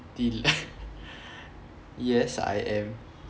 dylan yes I am